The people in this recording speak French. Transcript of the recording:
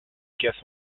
casse